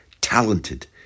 talented